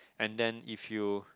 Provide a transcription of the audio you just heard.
and then if you